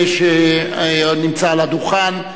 שנמצא על הדוכן,